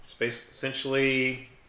Essentially